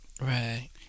Right